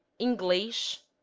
english,